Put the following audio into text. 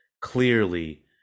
clearly